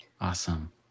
awesome